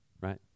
right